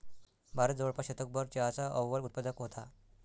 भारत जवळपास शतकभर चहाचा अव्वल उत्पादक होता